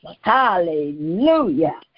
Hallelujah